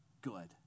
good